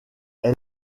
elle